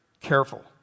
careful